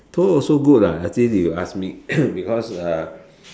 tour also good lah actually if you ask me because uh